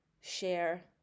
share